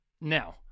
Now